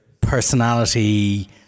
personality